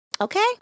Okay